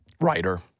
writer